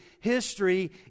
history